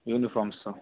uniforms